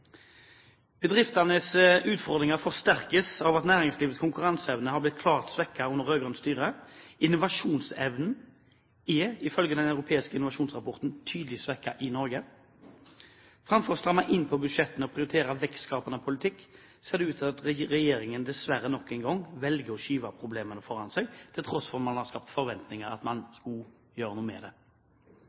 Bedriftenes utfordringer forsterkes av at næringslivets konkurranseevne har blitt klart svekket under rød-grønt styre, og innovasjonsevnen er ifølge den europeiske innovasjonsrapporten tydelig svekket i Norge. Framfor å stramme inn på budsjettene og prioritere vekstskapende politikk ser det ut til at regjeringen dessverre nok en gang velger å skyve problemene foran seg, til tross for at man har skapt forventninger om at man skulle gjøre noe med det.